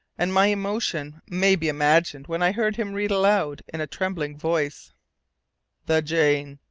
and my emotion may be imagined when i heard him read aloud in a trembling voice the jane.